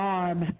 arm